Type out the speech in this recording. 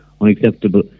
unacceptable